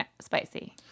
spicy